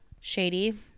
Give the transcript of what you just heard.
shady